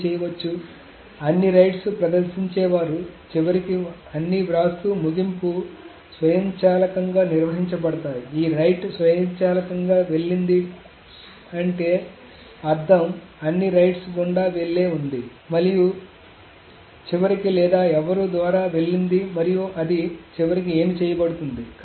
ఏమి చేయవచ్చు అన్ని రైట్స్ ప్రదర్శించేవారు చివరికి అన్ని వ్రాస్తూ ముగింపు స్వయంచాలకంగా నిర్వహించబడతాయి ఈ రైట్ స్వయంచాలకంగా వెళ్ళింది అంటే అర్థం అన్ని రైట్స్ గుండా వెళ్ళే ఉంది మళ్ళీ చివరికి లేదా ఎవరూ ద్వారా వెళ్ళింది మరియు అది చివరికి ఏమి చేయబడుతుంది